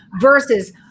versus